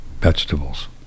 vegetables